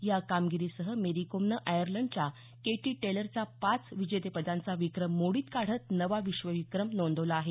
या कामगिरीसह मेरी कोमनं आयर्लंडच्या केटी टेलरचा पाच विजेतेपदांचा विक्रम मोडीत काढत नवा विश्वविक्रम नोंदवला आहे